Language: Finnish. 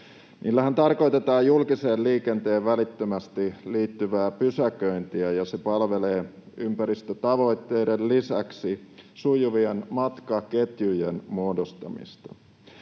Sillähän tarkoitetaan julkiseen liikenteeseen välittömästi liittyvää pysäköintiä, ja se palvelee ympäristötavoitteiden lisäksi sujuvien matkaketjujen muodostamista.